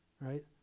right